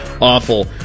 awful